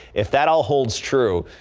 if that all holds true.